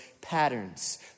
patterns